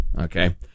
okay